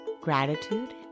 Gratitude